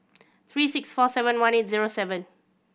three six four seven one eight zero seven